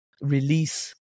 release